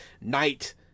night